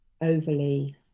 overly